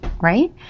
right